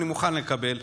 אני מוכן לקבל,